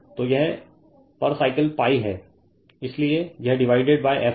तो यह पर साइकिल π है इसलिए यह डिवाइडेड f है